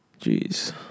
Jeez